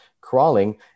crawling